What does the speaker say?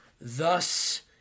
Thus